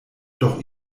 doch